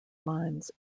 lines